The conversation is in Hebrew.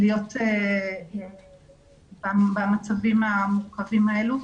להיות במצבים המורכבים באלה.